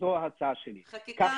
חקיקה על מה?